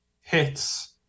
hits